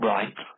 Right